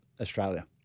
Australia